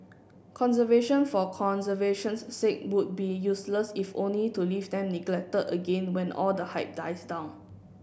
conservation for conservation's sake would be useless if only to leave them neglected again when all the hype dies down